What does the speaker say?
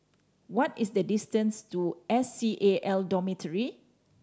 what is the distance to S C A L Dormitory